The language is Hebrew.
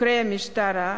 חוקרי המשטרה,